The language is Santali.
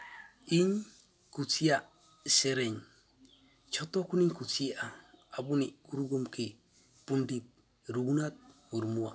ᱤᱧ ᱠᱩᱥᱤᱭᱟ ᱥᱮᱨᱮᱧ ᱡᱷᱚᱛᱚ ᱠᱷᱚᱱᱤᱧ ᱠᱩᱥᱤᱭᱟᱜᱼᱟ ᱟᱵᱚᱱᱤᱧ ᱜᱩᱨᱩ ᱜᱚᱢᱠᱮ ᱯᱚᱸᱰᱤᱛ ᱨᱟᱹᱜᱷᱩᱱᱟᱛᱷ ᱢᱩᱨᱢᱩᱣᱟᱜ